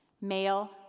Male